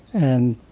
and,